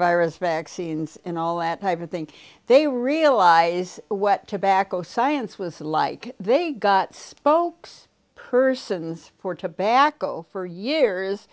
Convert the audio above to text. virus vaccines and all that type of thing they realize what tobacco science was like they got spokes persons for tobacco for years